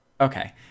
Okay